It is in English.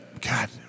god